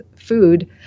food